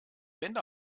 wände